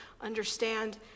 understand